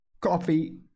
Coffee